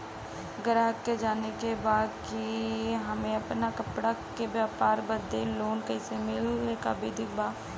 गराहक के जाने के बा कि हमे अपना कपड़ा के व्यापार बदे लोन कैसे मिली का विधि बा?